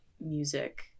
music